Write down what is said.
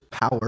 power